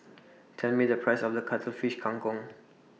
Tell Me The Price of The Cuttlefish Kang Kong